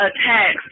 attacks